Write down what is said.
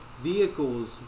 vehicles